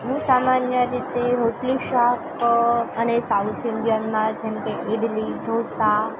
હું સામાન્ય રીતે રોટલી શાક અને સાઉથ ઈન્ડિયનમાં જેમકે ઈડલી ઢોસા